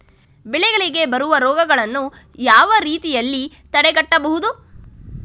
ಬೆಳೆಗಳಿಗೆ ಬರುವ ರೋಗಗಳನ್ನು ಯಾವ ರೀತಿಯಲ್ಲಿ ತಡೆಗಟ್ಟಬಹುದು?